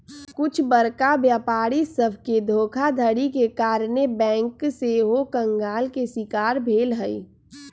कुछ बरका व्यापारी सभके धोखाधड़ी के कारणे बैंक सेहो कंगाल के शिकार भेल हइ